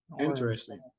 Interesting